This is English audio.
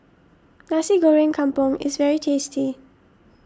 Nasi Goreng Kampung is very tasty